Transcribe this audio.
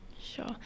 Sure